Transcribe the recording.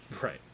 right